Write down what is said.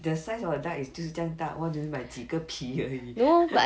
the size of the duck is 就是这样大 what do you mean by 几个皮而已